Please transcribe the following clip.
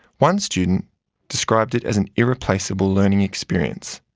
one student described it as an irreplaceable learning experience.